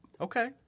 Okay